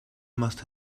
must